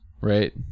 right